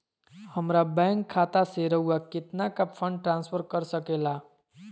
हमरा बैंक खाता से रहुआ कितना का फंड ट्रांसफर कर सके ला?